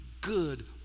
good